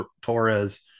Torres